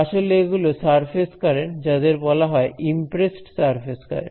আসলে এগুলো surface current যাদের বলা হয় ইম্প্রেস্ড সারফেস কারেন্ট